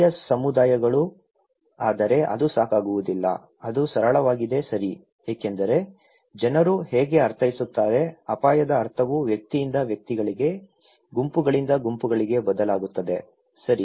ಸ್ಥಳೀಯ ಸಮುದಾಯಗಳು ಆದರೆ ಅದು ಸಾಕಾಗುವುದಿಲ್ಲ ಅದು ಸರಳವಾಗಿದೆ ಸರಿ ಏಕೆಂದರೆ ಜನರು ಹೇಗೆ ಅರ್ಥೈಸುತ್ತಾರೆ ಅಪಾಯದ ಅರ್ಥವು ವ್ಯಕ್ತಿಯಿಂದ ವ್ಯಕ್ತಿಗಳಿಗೆ ಗುಂಪುಗಳಿಂದ ಗುಂಪುಗಳಿಗೆ ಬದಲಾಗುತ್ತದೆ ಸರಿ